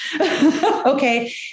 Okay